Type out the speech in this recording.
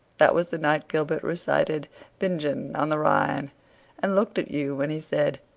that was the night gilbert recited bingen on the rhine and looked at you when he said,